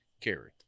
carry